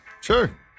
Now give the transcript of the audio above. Sure